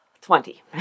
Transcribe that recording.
Twenty